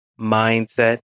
mindset